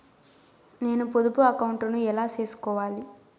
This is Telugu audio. నేను పొదుపు అకౌంటు ను ఎలా సేసుకోవాలి?